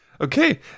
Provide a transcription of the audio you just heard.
Okay